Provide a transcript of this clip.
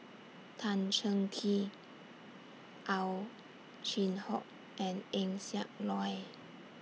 Tan Cheng Kee Ow Chin Hock and Eng Siak Loy